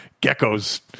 Gecko's